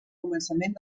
començament